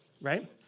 Right